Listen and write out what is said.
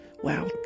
Wow